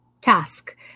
task